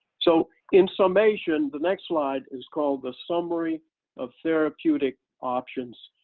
so in summation, the next slide is called the summary of therapeutic options,